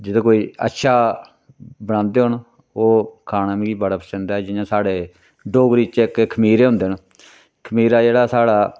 जेह्ड़ा कोई अच्छा बनांदे होन ओह् खाना मिगी बड़ा पसंद ऐ जियां साढ़े डोगरी च इक खमीरे होंदे न खमीरा जेह्ड़ा साढ़ा